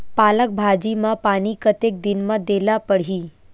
पालक भाजी म पानी कतेक दिन म देला पढ़ही?